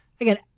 again